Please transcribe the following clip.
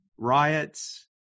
Riots